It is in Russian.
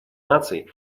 наций